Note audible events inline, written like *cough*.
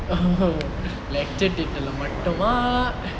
oh *laughs* lecture theatre leh மட்டுமா:mattuma